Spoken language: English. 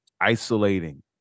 isolating